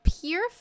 pure